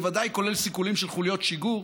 בוודאי כולל סיכולים של חוליות שיגור,